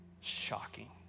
shocking